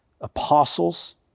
apostles